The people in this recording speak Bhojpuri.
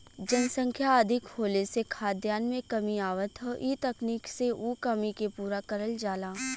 जनसंख्या अधिक होले से खाद्यान में कमी आवत हौ इ तकनीकी से उ कमी के पूरा करल जाला